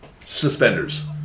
suspenders